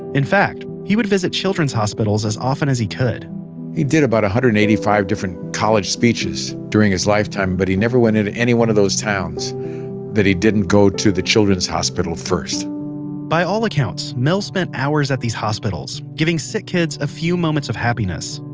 in fact, he would visit children's hospitals as often as he could he did about one hundred and eighty five different college speeches during his lifetime, but he never went into any one of those towns that he didn't go to the children's hospital first by all accounts, mel spent hours at these hospitals, giving sick kids a few moments of happiness.